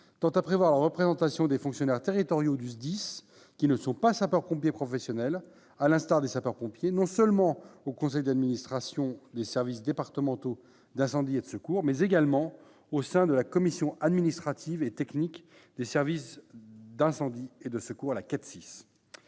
tend à prévoir la représentation des fonctionnaires territoriaux du SDIS qui ne sont pas sapeurs-pompiers professionnels, à l'instar des sapeurs-pompiers, non seulement au conseil d'administration des services départementaux d'incendie et de secours, mais également au sein de la commission administrative et technique des services d'incendie et de secours, la